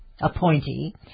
appointee